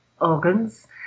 organs